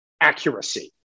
accuracy